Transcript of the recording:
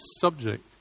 subject